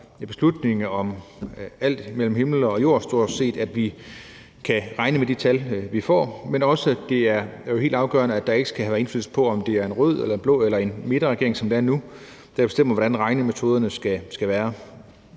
beslutninger om stort set alt mellem himmel og jord, at vi kan regne med de tal, vi får, men også, at det jo er helt afgørende, at der ikke er forskel på, om det er en rød eller en blå eller en midterregering, som det er nu, der bestemmer, hvordan regnemetoderne skal være.